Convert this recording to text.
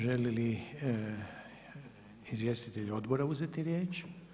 Žele li izvjestitelji odbora uzeti riječ?